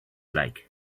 like